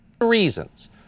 Reasons